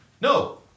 No